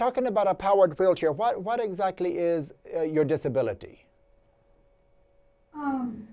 talking about a powered wheelchair what exactly is your disability